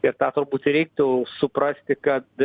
ir tą turbūt ir reiktų suprasti kad